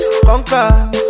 Conquer